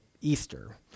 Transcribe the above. Easter